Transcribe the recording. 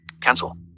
Cancel